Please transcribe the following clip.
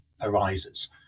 arises